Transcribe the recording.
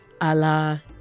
Allah